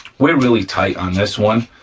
we're really tight on this one,